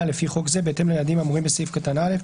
לפי חוק זה בהתאם ליעדים האמורים בסעיף קטן (א),